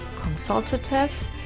consultative